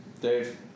Dave